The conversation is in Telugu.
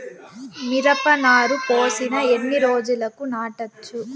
మిరప నారు పోసిన ఎన్ని రోజులకు నాటచ్చు?